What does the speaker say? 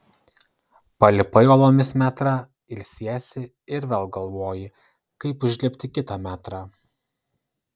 palipai uolomis metrą ilsiesi ir vėl galvoji kaip užlipti kitą metrą